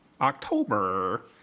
October